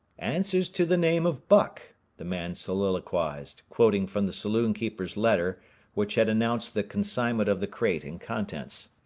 answers to the name of buck the man soliloquized, quoting from the saloon-keeper's letter which had announced the consignment of the crate and contents.